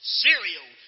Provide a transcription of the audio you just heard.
cereal